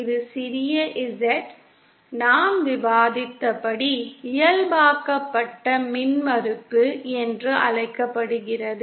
இந்த சிறிய z நாம் விவாதித்தபடி இயல்பாக்கப்பட்ட மின்மறுப்பு என்று அழைக்கப்படுகிறது